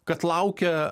kad laukia